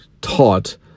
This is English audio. taught